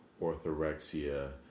orthorexia